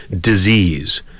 disease